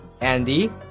Andy